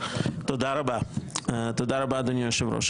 תודה רבה, אדוני היושב-ראש.